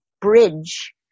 bridge